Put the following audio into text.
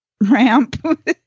ramp